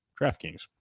DraftKings